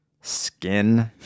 skin